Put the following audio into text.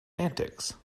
antics